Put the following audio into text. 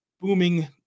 booming